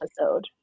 episode